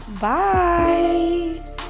Bye